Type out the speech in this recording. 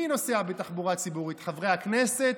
מי נוסע בתחבורה ציבורית, חברי הכנסת?